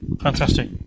Fantastic